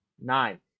nine